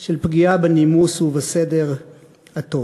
של פגיעה בנימוס ובסדר הטוב.